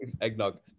eggnog